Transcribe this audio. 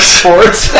sports